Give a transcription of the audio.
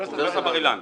אוניברסיטת בר אילן.